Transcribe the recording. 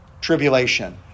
tribulation